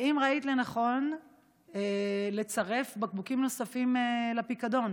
האם ראית לנכון לצרף בקבוקים נוספים לפיקדון?